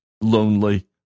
lonely